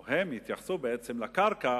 או הם יתייחסו בעצם לקרקע